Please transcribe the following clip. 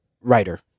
writer